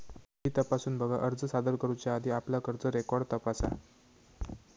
fee तपासून बघा, अर्ज सादर करुच्या आधी आपला कर्ज रेकॉर्ड तपासा